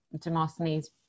Demosthenes